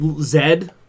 Zed